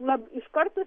na iš karto